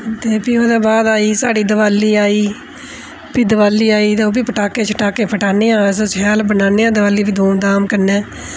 ते फ्ही ओह्दे बाद आई साढ़ी दवाली आई फ्ही दवाली आई ते ओह् बी पटाके छटाके फटाने आं अस शैल बनाने आं दवाली बी धूमधाम कन्नै